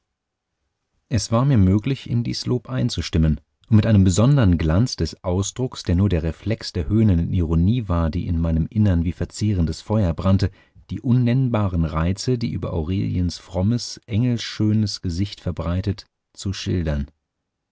es war mir möglich in dies lob einzustimmen und mit einem besondern glanz des ausdrucks der nur der reflex der höhnenden ironie war die in meinem innern wie verzehrendes feuer brannte die unnennbaren reize die über aureliens frommes engelschönes gesicht verbreitet zu schildern